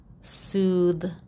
soothe